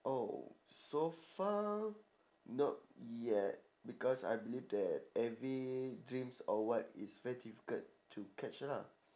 oh so far not yet because I believe that every dreams or what is very difficult to catch lah